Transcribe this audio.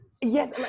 Yes